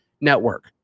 network